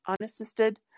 unassisted